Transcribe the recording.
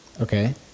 okay